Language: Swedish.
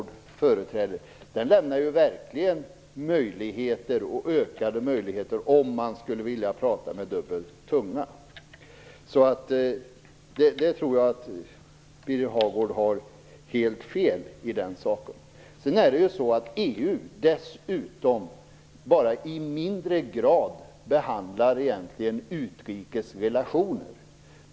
Där ger "odokumentationslinjen" - ökade möjligheter om man skulle vilja tala med dubbel tunga. Där tror jag att Birger Hagård har helt fel. Dessutom behandlar EU egentligen bara i mindre grad utrikes relationer.